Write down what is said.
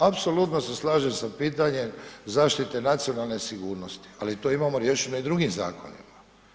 Apsolutno se slažem sa pitanjem zaštite nacionalne sigurnosti, ali to imamo riješeno i drugim zakonima.